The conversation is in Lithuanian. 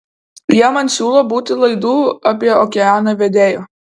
jie man siūlo būti laidų apie okeaną vedėju